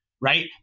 right